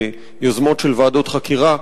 ליוזמות של ועדות חקירה.